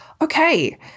okay